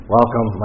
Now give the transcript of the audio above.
Welcome